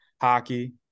hockey